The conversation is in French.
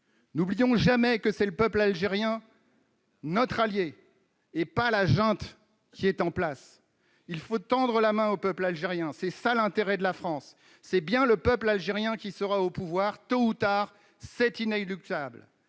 N'oublions jamais que c'est le peuple algérien qui est notre allié, et non la junte en place. Il faut tendre la main au peuple algérien : voilà l'intérêt de la France ! C'est bien le peuple algérien qui sera au pouvoir, tôt ou tard : c'est inéluctable.